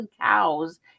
cows